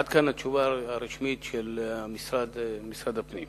עד כאן התשובה הרשמית של משרד הפנים.